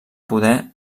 poder